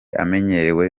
amenyerewe